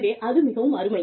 எனவே அது மிகவும் அருமை